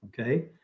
okay